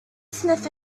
sniff